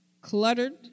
cluttered